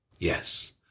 Yes